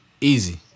Easy